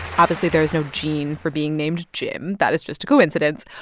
obviously, there is no gene for being named jim. that is just a coincidence.